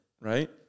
right